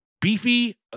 beefy